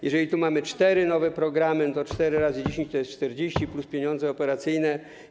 Jeżeli tu mamy cztery nowe programy, to cztery razy 10 równa się 40 plus pieniądze operacyjne.